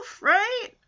right